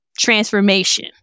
transformation